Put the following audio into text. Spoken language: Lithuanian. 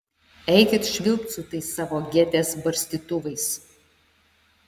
eikit švilpt su tais savo gėtės barstytuvais